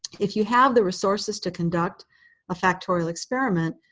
if you have the resources to conduct a factorial experiment,